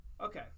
Okay